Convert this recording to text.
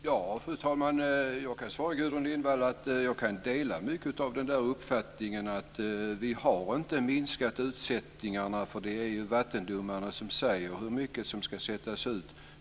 Fru talman! Jag kan svara Gudrun Lindvall att jag kan dela mycket av den uppfattningen. Vi har inte minskat utsättningarna, för det är ju vattendomarna som säger hur mycket som ska sättas ut.